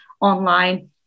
online